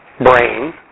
brain